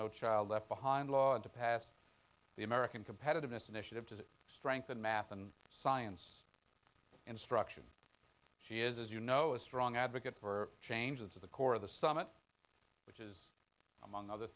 no child left behind law and to pass the american competitiveness initiative to strengthen math and science instruction she is as you know a strong advocate for changes at the core of the summit which is among other